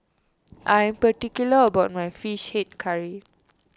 I am particular about my Fish Head Curry